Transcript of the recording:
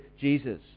Jesus